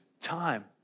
time